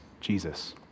Jesus